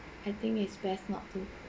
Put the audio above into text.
I think it's best not to